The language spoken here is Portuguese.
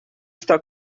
está